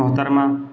محترمہ